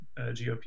GOP